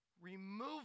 remove